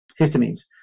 histamines